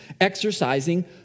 exercising